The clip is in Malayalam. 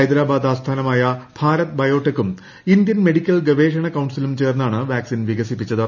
ഹൈദരാബാദ് ആസ്ഥാനമായ ഭാരത് ബയോടെക്കും ഇന്ത്യൻ മെഡിക്കൽ ഗവേഷണ കൌൺസിലും ചേർന്നാണ് വാക്സിൻ വികസിപ്പിച്ചത്